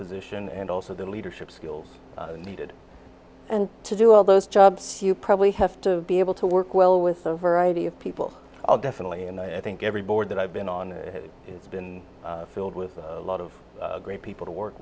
position and also the leadership skills needed and to do all those jobs you probably have to be able to work well with the variety of people i'll definitely and i think every board that i've been on it's been filled with a lot of great people to work